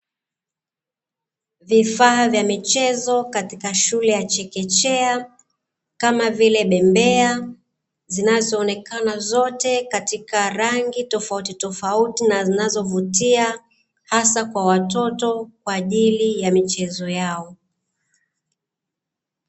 Vifaa vya michezo katika shule ya chekechea, kama vile bembea zinazoonekana zote katika rangi tofautitofauti na zinazovutia hasa kwa watoto kwa ajili ya michezo yao.